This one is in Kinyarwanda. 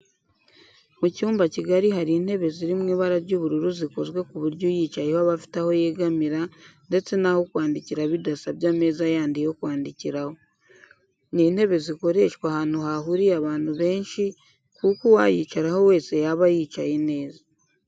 Mu cyumba kigari hari intebe ziri mu ibara ry'ubururu zikozwe ku buryo uyicayeho aba afite aho yegamira ndetse n'aho kwandikira bidasabye ameza yandi yo kwandikiraho. Ni intebe zakoreshwa ahantu hahuriye abantu benshi kuko uwayicaraho wese yaba yicaye neza.